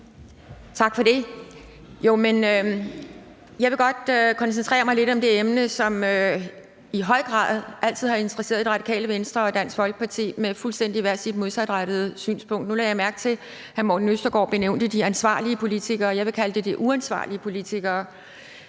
Tak for det. Jeg vil godt koncentrere mig lidt om det emne, som i høj grad altid har interesseret Det Radikale Venstre og Dansk Folkeparti, hver med sit fuldstændig modsatrettede synspunkt. Nu lagde jeg mærke til, at hr. Morten Østergaard nævnte de ansvarlige politikere. Jeg vil kalde det de uansvarlige politikere,